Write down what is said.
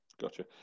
Gotcha